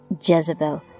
Jezebel